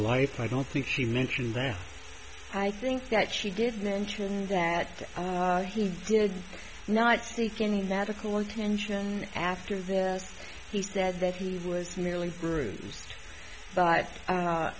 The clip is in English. life i don't think she mentioned that fi think that she did mention that he did not seek any medical attention after this he said that he was merely bruised but